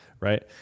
right